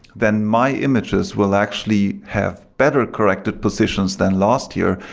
then my images will actually have better corrected positions than last year,